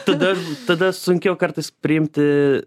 tada tada sunkiau kartais priimti